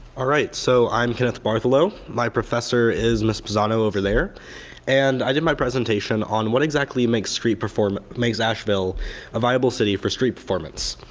alright so i'm kenneth bartholow. my professor is ms. pisano over there and i did my presentation on what exactly makes street performance makes asheville a viable city for street performance.